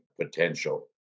potential